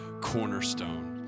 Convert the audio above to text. Cornerstone